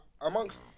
Amongst